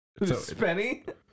Spenny